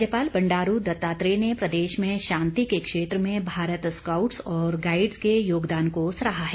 राज्यपाल बंडारू दत्तात्रेय ने प्रदेश में शांति के क्षेत्र में भारत स्कॉउट्स और गाईडस के योगदान को सराहा है